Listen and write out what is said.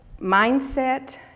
mindset